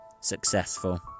successful